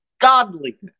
godliness